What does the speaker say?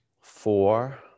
Four